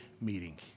meeting